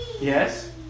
yes